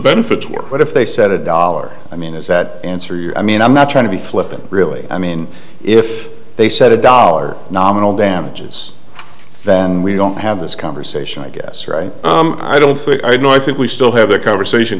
benefits were but if they set a dollar i mean is that answer your i mean i'm not trying to be flippant really i mean if they set a dollar nominal damages then we don't have this conversation i guess right i don't think i know i think we still have a conversation